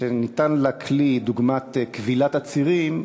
כשניתן לה כלי דוגמת כבילת עצירים,